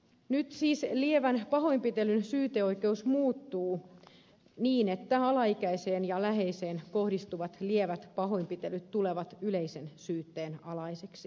nyt siis lievän pahoinpitelyn syyteoikeus muuttuu niin että alaikäiseen ja läheiseen kohdistuvat lievät pahoinpitelyt tulevat yleisen syytteen alaisiksi